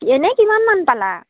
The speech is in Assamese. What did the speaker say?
এনেই কিমানমান পালা